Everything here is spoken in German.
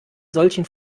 solchen